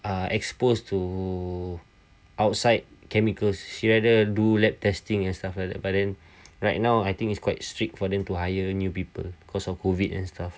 uh exposed to outside chemicals she rather do lab testing and stuff like that but then right now I think it's quite strict for them to hire new people because of COVID and stuff